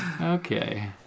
Okay